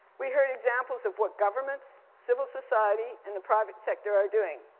we heard examples of what governments, civil society, and the private sector are doing.